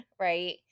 right